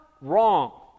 wrong